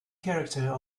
character